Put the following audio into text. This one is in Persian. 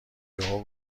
یهو